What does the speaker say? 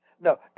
No